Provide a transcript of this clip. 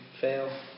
fail